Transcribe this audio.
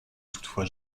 toutefois